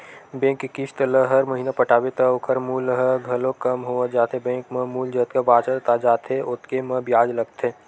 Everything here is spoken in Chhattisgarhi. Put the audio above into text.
बेंक के किस्त ल हर महिना पटाबे त ओखर मूल ह घलोक कम होवत जाथे बेंक म मूल जतका बाचत जाथे ओतके म बियाज लगथे